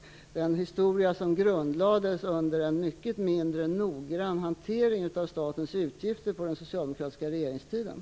Det är en historia som grundlades under en mycket mindre noggrann hantering av statens utgifter under den socialdemokratiska regeringstiden.